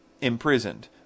imprisoned